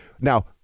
Now